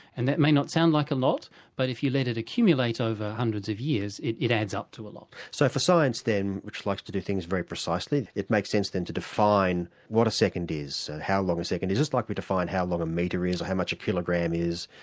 and that may not sound like a lot but if you let it accumulate over hundreds of years it it adds up to a lot. so for science then, which likes to do things very precisely, it makes sense then to define what a second is, how long a second is, just like we define how long a metre is or how much a kilogram is,